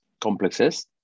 complexes